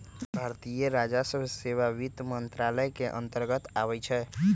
भारतीय राजस्व सेवा वित्त मंत्रालय के अंतर्गत आबइ छै